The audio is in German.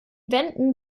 wänden